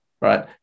right